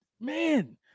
man